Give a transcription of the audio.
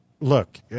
look –